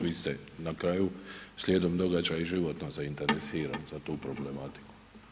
Vi ste na kraju slijedom događaja i životno zainteresirani za tu problematiku.